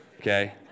okay